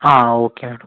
ആ okay madam